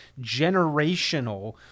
generational